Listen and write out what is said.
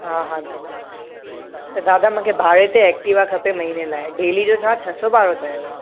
हा हा दादा त दादा मूंखे भाड़े ते एक्टीवा खपे महिने लाइ डेली जो छा छह सौ भाड़ो चयुव